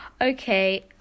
Okay